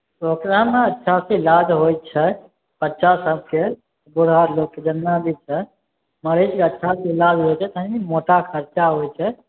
ओकरामे सभके इलाज होइ छै बच्चा सभके बूढ़ा अर लोक जितना भी छै मरीजके अच्छासँ इलाज होइ छै तनि मोटा खर्चा होइ छै